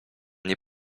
nie